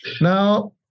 Now